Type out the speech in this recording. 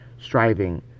striving